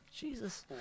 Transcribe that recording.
Jesus